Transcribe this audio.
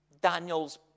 Daniel's